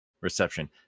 reception